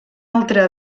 altra